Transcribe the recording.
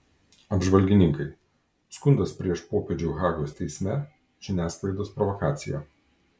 apžvalgininkai skundas prieš popiežių hagos teisme žiniasklaidos provokacija